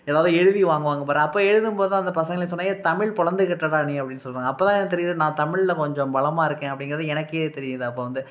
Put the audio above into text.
எதாவது எழுதி வாங்குவாங்கள் பாரு அப்போ எழுதும் போது தான் அந்த பசங்களே சொன்னாங்கள் ஏ தமிழ் பொழந்து கட்டுறடா நீ அப்படின்னு சொல்வாங்கள் அப்போ தான் எனக்கு தெரியுது நான் தமிழில் கொஞ்சம் பலமாக இருக்கேன் அப்படிங்கிறது எனக்கே தெரியுது அப்போ வந்து